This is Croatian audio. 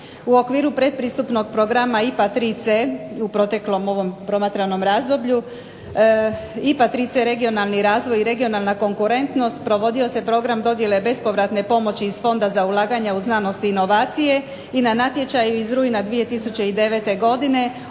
u okviru pretpristupnog programa IPA 3C u proteklom ovom promatranom razdoblju. IPA 3C regionalni razvoj i regionalna konkurentnost provodio se program bespovratne pomoći iz fonda za ulaganja u znanost i inovacije i na natječaju iz rujna 2009. godine